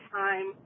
time